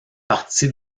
partie